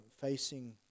facing